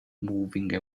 moving